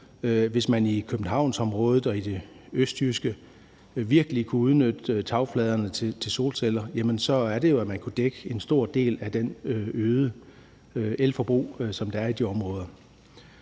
Hvis man i Københavnsområdet og i det østjyske virkelig kunne udnytte tagfladerne til solceller, så ville man jo kunne dække en stor del af det øgede elforbrug, som der er i de områder.